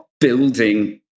building